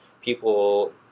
people